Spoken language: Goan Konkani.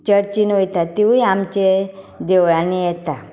चर्चींत वयता तिंवूय आमच्या देवळांनी येतात